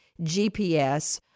GPS